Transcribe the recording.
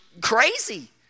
crazy